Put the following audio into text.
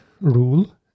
rule